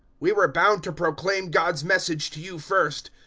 we were bound to proclaim god's message to you first.